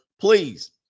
please